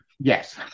Yes